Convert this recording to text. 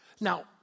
Now